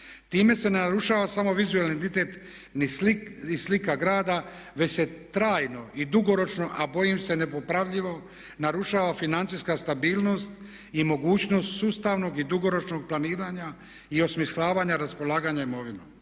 Time se ne narušava samo vizualni identitet i slika grada već se trajno i dugoročno a bojim se nepopravljivo narušava financijska stabilnost i mogućnost sustavnog i dugoročnog planiranja i osmišljavanja raspolaganja imovinom.